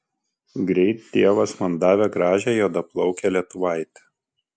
greit dievas man davė gražią juodaplaukę lietuvaitę